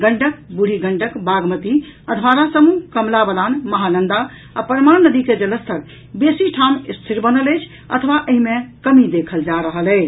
गंडक बूढ़ी गंडक बागमती अधवारा समूह कमला बलान महानंदा आ परमान नदी के जलस्तर बेसी ठाम स्थिर बनल अछि अथवा एहि मे कमी देखल जा रहल अछि